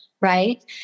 right